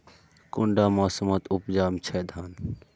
कुंडा मोसमोत उपजाम छै धान?